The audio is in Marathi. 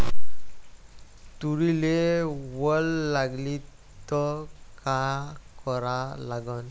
तुरीले वल लागली त का करा लागन?